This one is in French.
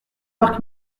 marc